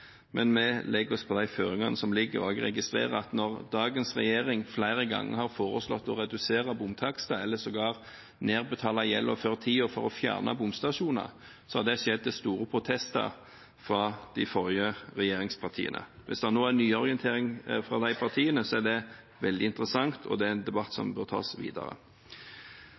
men vi legger oss på de føringene som foreligger. Jeg registrerer at når dagens regjering flere ganger har foreslått å redusere bomtakster, eller sågar nedbetale gjelden før tiden for å fjerne bomstasjoner, så har det skjedd til store protester fra de forrige regjeringspartiene. Hvis det nå er en nyorientering fra de partiene, er det veldig interessant, og det er en debatt